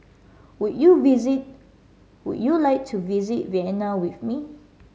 would you visit would you like to visit Vienna with me